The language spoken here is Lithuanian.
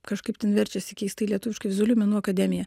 kažkaip ten verčiasi keistai lietuviškai vizualių menų akademija